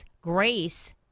Grace